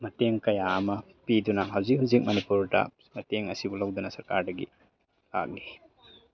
ꯃꯇꯦꯡ ꯀꯌꯥ ꯑꯃ ꯄꯤꯗꯨꯅ ꯍꯧꯖꯤꯛ ꯍꯧꯖꯤꯛ ꯃꯅꯤꯄꯨꯔꯗ ꯃꯇꯦꯡ ꯑꯁꯤꯕꯨ ꯂꯧꯗꯨꯅ ꯁꯔꯀꯥꯔꯗꯒꯤ ꯂꯥꯛꯂꯤ